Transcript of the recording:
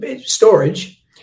storage